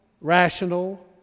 rational